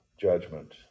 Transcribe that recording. judgment